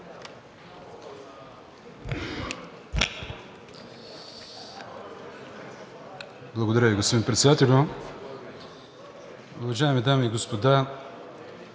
Благодаря Ви, господин Председател.